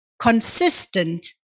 consistent